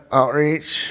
outreach